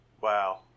Wow